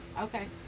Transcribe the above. Okay